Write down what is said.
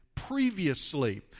previously